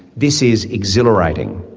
this is exhilarating.